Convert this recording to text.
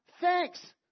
thanks